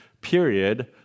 period